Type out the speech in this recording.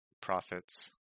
profits